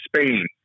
Spain